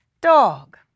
Dog